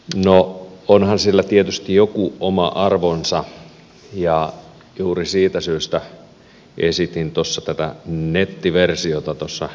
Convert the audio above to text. no onhan sillä tietysti joku oma arvonsa ja juuri siitä syystä esitin tätä nettiversiota tuossa debatissa